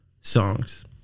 songs